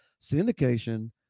syndication